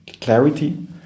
clarity